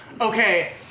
Okay